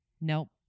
nope